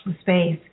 space